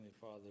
Father